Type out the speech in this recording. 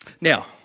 Now